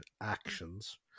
actions